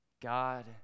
God